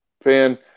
fan